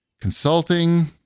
consulting